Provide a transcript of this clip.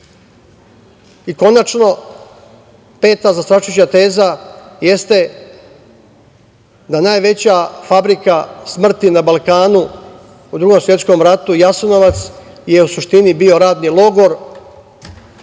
konačno, peta zastrašujuća teza jeste da najveća fabrika smrti na Balkanu u Drugom svetskom ratu, Jasenovac, je u suštini bio radni logor